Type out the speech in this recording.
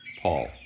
Paul